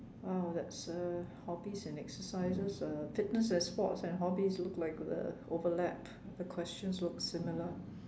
!wow! that's a hobbies and exercises uh fitness and sports and hobbies look like uh overlap the questions look similar